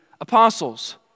apostles